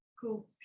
cool